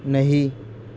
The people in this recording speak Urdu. نہیں